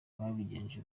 babigenje